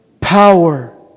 power